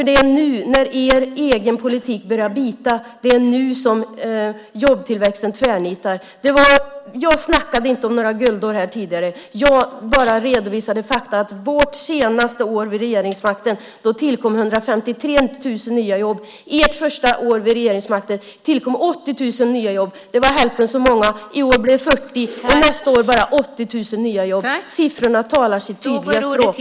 Det är nu när er egen politik börjar bita som jobbtillväxten tvärnitar. Jag snackade inte här tidigare om några guldår. Jag bara redovisade fakta. Vårt senaste år vid regeringsmakten tillkom 153 000 nya jobb. Ert första år vid regeringsmakten tillkom 80 000 nya jobb. Det var hälften så många. I år blir det 40 000 och nästa år bara 80 000 nya jobb. Siffrorna talar sitt tydliga språk.